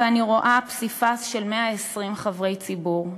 ואני רואה פסיפס של 120 חברי ציבור,